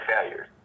failures